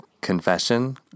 confession